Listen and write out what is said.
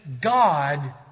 God